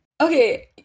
Okay